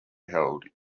held